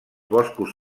boscos